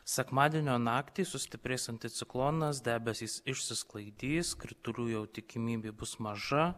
sekmadienio naktį sustiprės anticiklonas debesys išsisklaidys kritulių jau tikimybė bus maža